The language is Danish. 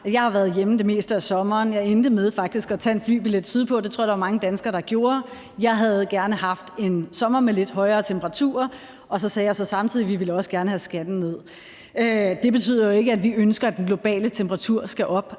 jeg har været hjemme det meste af sommeren. Jeg endte faktisk med at tage en flybillet sydpå; det tror jeg at der var mange danskere der gjorde. Jeg havde gerne haft en sommer med lidt højere temperaturer, og så sagde jeg samtidig, at vi også gerne ville have skatten ned. Det betyder ikke, at vi ønsker, at den globale temperatur skal op.